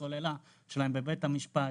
את הסוללה שלהם בבית המשפט